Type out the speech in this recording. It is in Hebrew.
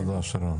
תודה, שרון.